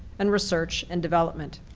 and research and development.